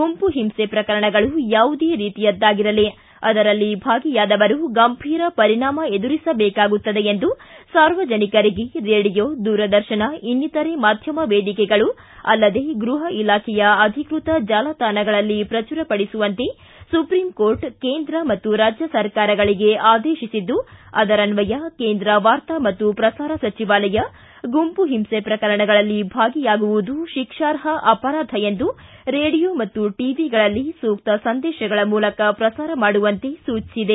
ಗುಂಪು ಹಿಂಸೆ ಪ್ರಕರಣಗಳು ಯಾವುದೇ ರೀತಿಯದ್ದಾಗಿರಲಿ ಅದರಲ್ಲಿ ಭಾಗಿಯಾದವರು ಗಂಭೀರ ಪರಿಣಾಮ ಎದುರಿಸಬೇಕಾಗುತ್ತದೆ ಎಂದು ಸಾರ್ವಜನಿಕರಿಗೆ ರೇಡಿಯೋ ದೂರದರ್ಶನ ಇನ್ನಿತರ ಮಾಧ್ಯಮ ವೇದಿಕೆಗಳು ಅಲ್ಲದೇ ಗೃಹ ಇಲಾಖೆಯ ಅಧಿಕೃತ ಜಾಲತಾಣಗಳಲ್ಲಿ ಪ್ರಚುರಪಡಿಸುವಂತೆ ಸುಪ್ರೀಂ ಕೋರ್ಟ್ ಕೇಂದ್ರ ಮತ್ತು ರಾಜ್ಯ ಸರ್ಕಾರಗಳಿಗೆ ಆದೇಶಿಸಿದ್ದು ಆದರನ್ದಯ ಕೇಂದ್ರ ವಾರ್ತಾ ಮತ್ತು ಪ್ರಸಾರ ಸಚಿವಾಲಯ ಗುಂಪು ಹಿಂಸೆ ಪ್ರಕರಣಗಳಲ್ಲಿ ಭಾಗಿಯಾಗುವುದು ಶಿಕ್ಷಾರ್ಹ ಅಪರಾಧ ಎಂದು ರೇಡಿಯೋ ಮತ್ತು ಟವಿಗಳಲ್ಲಿ ಸೂಕ್ತ ಸಂದೇಶಗಳ ಮೂಲಕ ಪ್ರಸಾರ ಮಾಡುವಂತೆ ಸೂಚಿಸಿದೆ